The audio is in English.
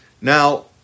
Now